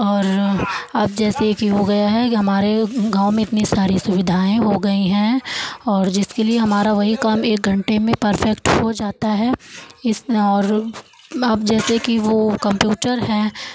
और अब जैसे कि हो गया है हमारे गाँव में इतनी सारी सुविधाएं हो गई हैं और जिसके लिए हमारा वही काम एक घंटे में परफ़ेक्ट हो जाता है इस और अब जैसे कि वो कम्प्यूटर है